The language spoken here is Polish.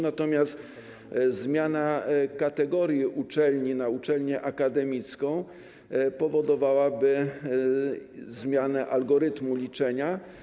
Natomiast zmiana kategorii uczelni na uczelnię akademicką powodowałaby zmianę algorytmu liczenia.